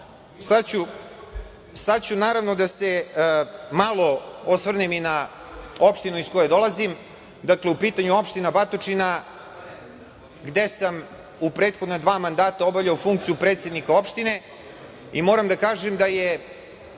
ću malo da se osvrnem i na opštine iz koje dolazim. U pitanju je opština Batočina, gde sam u prethodna dva mandata obavljao funkciju predsednika opštine. Moram da kažem da je